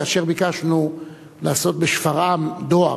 כאשר ביקשנו לעשות בשפרעם דואר,